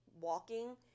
walking